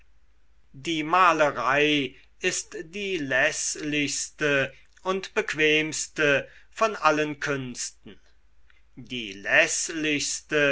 die malerei ist die läßlichste und bequemste von allen künsten die